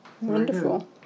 Wonderful